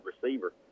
receiver